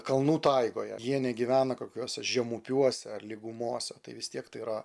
kalnų taigoje jie negyvena kokiuose žemupiuose ar lygumose tai vis tiek tai yra